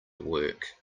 work